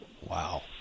Wow